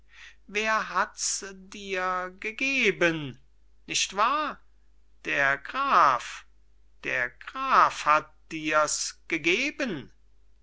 wer hat dir's gegeben nicht wahr der graf der graf hat dir's gegeben